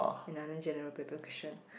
another General-Paper question